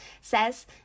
says